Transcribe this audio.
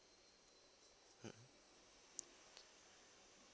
mmhmm